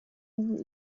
over